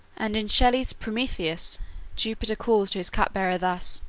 and in shelley's prometheus jupiter calls to his cup-bearer thus